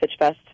Pitchfest